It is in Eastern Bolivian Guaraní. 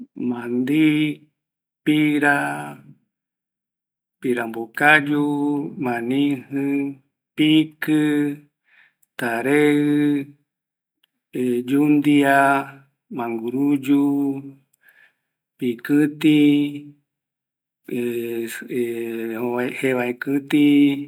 Mandi, Pira, Pirambokayu, manijɨ, pikɨ, Tareɨ, yundia, manguruyu, pikiti, ˂hesitation˃ jevakɨti